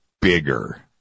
bigger